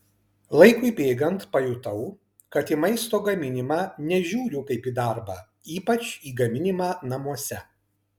laikui bėgant pajutau kad į maisto gaminimą nežiūriu kaip į darbą ypač į gaminimą namuose